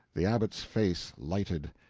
the abbot's face lighted.